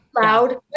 loud